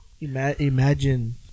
imagine